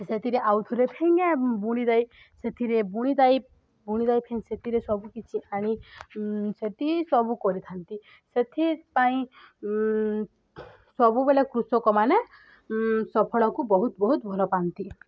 ସେଥିରେ ଆଉ ଥରେ ଫେଙ୍ଗେ ବୁଣିଦେଇ ସେଥିରେ ବୁଣିଦେଇ ବୁଣିଦେଇ ଫେଣେ ସେଥିରେ ସବୁକିଛି ଆଣି ସେଠି ସବୁ କରିଥାନ୍ତି ସେଥିପାଇଁ ସବୁବେଳେ କୃଷକମାନେ ସଫଳକୁ ବହୁତ ବହୁତ ଭଲ ପାଆନ୍ତି